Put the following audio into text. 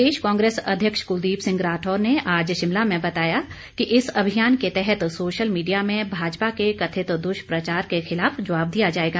प्रदेश कांग्रेस अध्यक्ष क्लदीप सिंह राठौर ने आज शिमला में बताया कि इस अभियान के तहत सोशल मीडिया में भाजपा के कथित दृष्प्रचार के खिलाफ जवाब दिया जाएगा